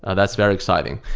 ah that's very exciting.